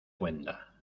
cuenta